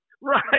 Right